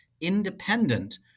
independent